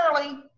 early